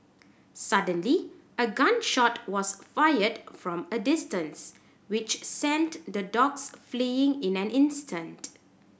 suddenly a gun shot was fired from a distance which sent the dogs fleeing in an instant